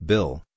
Bill